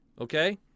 okay